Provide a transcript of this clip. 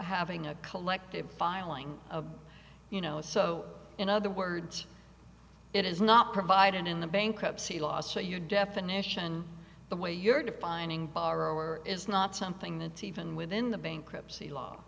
having a collective filing you know so in other words it is not provided in the bankruptcy law so your definition the way you're defining borrower is not something the teevan within the bankruptcy law